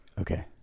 Okay